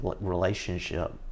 relationship